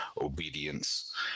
obedience